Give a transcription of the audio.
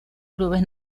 clubes